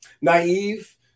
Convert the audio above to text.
naive